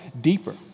deeper